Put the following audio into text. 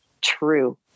true